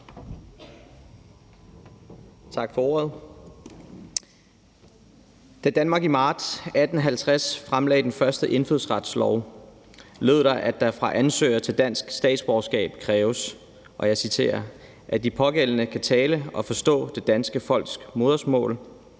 Tak for ordet. Da Danmark i marts 1850 fremlagde den første indfødsretslov, lød det, at der for ansøgere til dansk statsborgerskab kræves, »at de pågældende kan tale og forstå det danske folks modersmål,